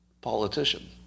politician